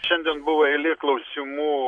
šiandien buvo eilė klausimų